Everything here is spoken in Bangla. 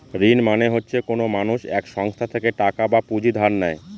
ঋণ মানে হচ্ছে কোনো মানুষ এক সংস্থা থেকে টাকা বা পুঁজি ধার নেয়